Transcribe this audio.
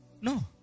No